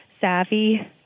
savvy